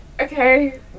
okay